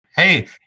Hey